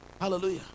Hallelujah